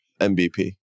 MVP